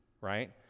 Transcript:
right